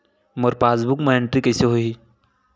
मोर passbook मा entry कइसे होही?